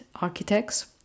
architects